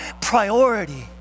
priority